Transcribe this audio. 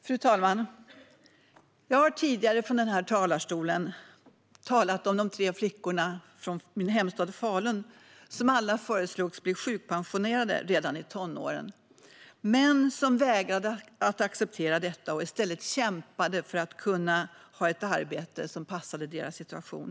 Fru talman! Jag har tidigare från denna talarstol talat om de tre flickor från min hemstad Falun som alla föreslogs bli sjukpensionerade redan i tonåren men som vägrade att acceptera det och i stället kämpade för att kunna ha ett arbete som passade deras situation.